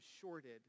shorted